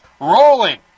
rolling